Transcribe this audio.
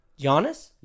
Giannis